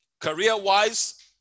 Career-wise